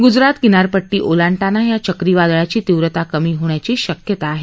ग्जरात किनापरपट्वी ओलांडताना या चक्रीवादळाची तीव्रता कमी होण्याची शक्यता आहे